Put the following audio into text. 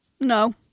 No